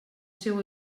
seu